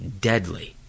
deadly